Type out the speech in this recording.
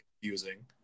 confusing